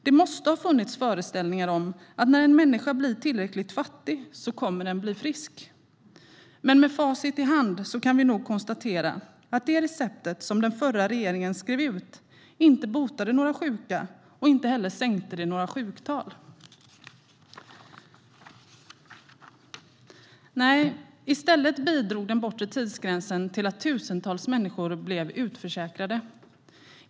Det måste funnits föreställningar om att när en människa blir tillräckligt fattig kommer den att bli frisk. Med facit i hand kan vi nog konstatera att receptet som den förra högerregeringen skrev ut inte botade några sjuka, och inte heller sänkte det några sjuktal. Nej, i stället bidrog den bortre tidsgränsen till att tusentals människor blev utförsäkrade.